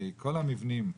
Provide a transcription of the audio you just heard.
כל המבנים,